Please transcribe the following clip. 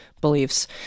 beliefs